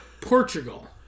Portugal